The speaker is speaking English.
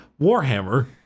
Warhammer